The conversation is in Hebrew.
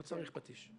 לא צריך פטיש.